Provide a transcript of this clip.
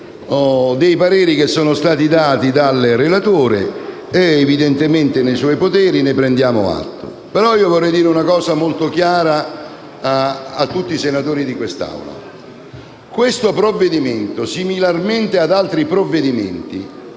dei pareri espressi dal relatore. È evidentemente nei suoi poteri e ne prendiamo atto. Però vorrei dire una cosa molto chiara a tutti i senatori di questa Assemblea. Questo provvedimento, similarmente ad altri,